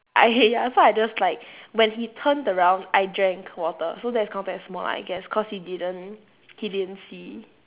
I hate ya so I just like when he turned around I drank water so that's counted as small I guess cause he didn't he didn't see